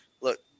Look